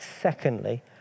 Secondly